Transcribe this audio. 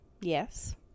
Yes